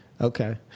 Okay